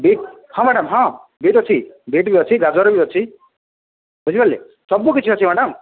beet ହଁ madam ହଁ beet ଅଛି ବିଟ ବି ଅଛି ଗାଜର ବି ଅଛି ବୁଝିପାରିଲେ ସବୁକିଛି ଅଛି ମ୍ୟାଡ଼ାମ